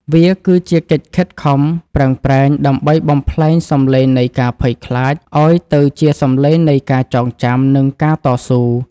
វាគឺជាកិច្ចខិតខំប្រឹងប្រែងដើម្បីបំប្លែងសម្លេងនៃការភ័យខ្លាច ឱ្យទៅជាសម្លេងនៃការចងចាំ និងការតស៊ូ